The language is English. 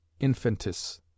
infantis